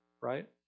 right